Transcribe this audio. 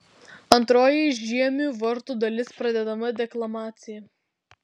antroji žiemių vartų dalis pradedama deklamacija